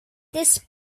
det